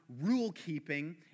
rule-keeping